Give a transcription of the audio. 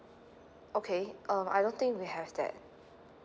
okay um I don't think we have that